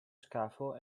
scafo